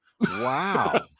Wow